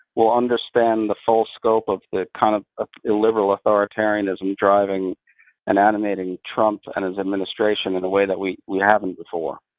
we'll understand the full scope of the kind of ah illiberal authoritarianism driving and animating trump and his administration in a way that we we haven't before.